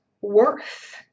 worth